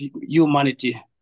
humanity